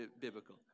biblical